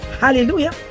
Hallelujah